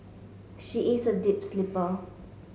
she is a deep sleeper